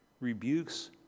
rebukes